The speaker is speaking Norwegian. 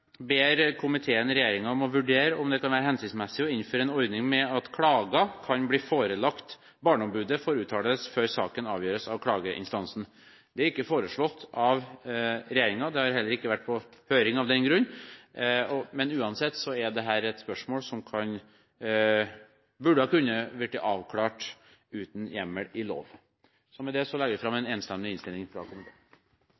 ber komiteen regjeringen om å vurdere om det kan være hensiktsmessig å innføre en ordning med at klager kan bli forelagt barneombudet for uttalelse før saken avgjøres av klageinstansene. Det er ikke foreslått av regjeringen, og det har av den grunn heller ikke vært på høring, men uansett er dette et spørsmål som burde ha kunnet blitt avklart uten hjemmel i lov. Med det legger jeg fram